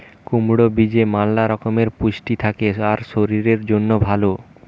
কুমড়োর বীজে ম্যালা রকমের পুষ্টি থাকে আর শরীরের জন্যে ভালো